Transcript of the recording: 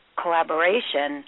collaboration